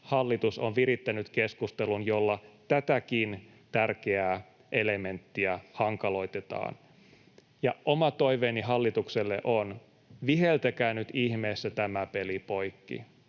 hallitus on virittänyt keskustelun, jolla tätäkin tärkeää elementtiä hankaloitetaan. Oma toiveeni hallitukselle on: viheltäkää nyt ihmeessä tämä peli poikki,